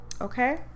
Okay